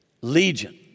Legion